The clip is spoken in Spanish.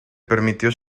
permitió